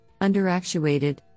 underactuated